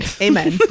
Amen